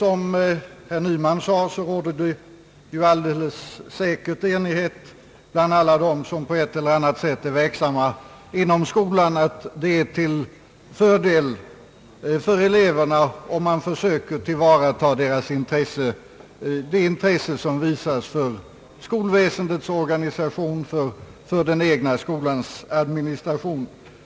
Herr talman! Som herr Nyman sade råder det enighet bland alla dem som är verksamma inom skolan att det är till fördel för eleverna om man försöker tillvarata deras intresse för skolväsendets organisation och för den egna skolans administration.